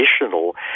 additional